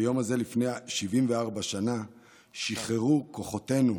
ביום זה לפני 74 שנים שחררו כוחותינו,